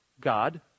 God